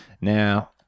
Now